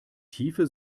tiefe